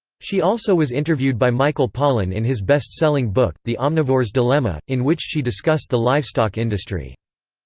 she also was interviewed by michael pollan in his best-selling book, the omnivore's dilemma, in which she discussed the livestock industry.